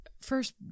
First